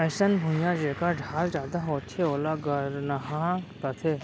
अइसन भुइयां जेकर ढाल जादा होथे ओला गरनहॉं कथें